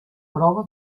prova